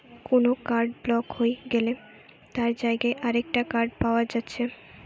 কুনো card block হই গ্যালে তার জাগায় আরেকটা কার্ড পায়া যাচ্ছে